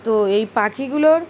তো এই পাখিগুলোর